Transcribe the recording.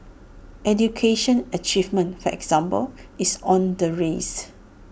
education achievement for example is on the rise